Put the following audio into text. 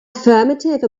affirmative